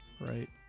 right